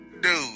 dude